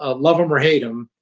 ah love him or hate him,